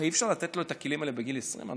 אי-אפשר לתת לו את הכלים האלה בגיל 20,